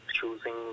choosing